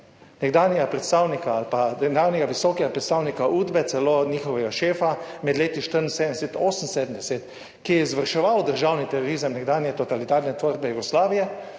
nekdanjega visokega predstavnika Udbe, celo njihovega šefa med leti 1974-1980, ki je izvrševal državni terorizem nekdanje totalitarne tvorbe Jugoslavije,